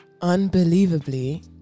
unbelievably